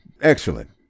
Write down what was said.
excellent